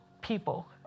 people